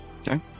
Okay